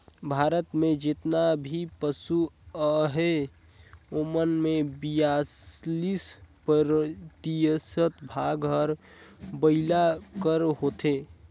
भारत में जेतना भी पसु अहें ओमन में बियालीस परतिसत भाग हर बइला कर होथे